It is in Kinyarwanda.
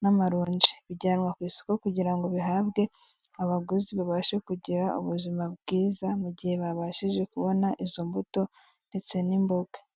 n'amaronji bijyanwa ku isoko kugira ngo bihabwe abaguzi babashe kugira ubuzima bwiza mu gihe babashije kubona izo mbuto ndetse n'imboga.